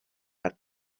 per